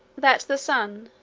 that the sun,